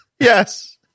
Yes